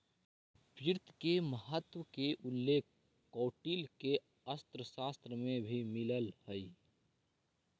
वित्त के महत्ता के उल्लेख कौटिल्य के अर्थशास्त्र में भी मिलऽ हइ